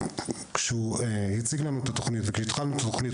כשהוא הציג לנו את התכנית וכשהתחלנו את התכנית,